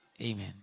Amen